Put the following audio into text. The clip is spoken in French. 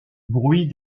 bruit